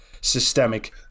systemic